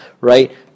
Right